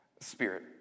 spirit